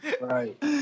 Right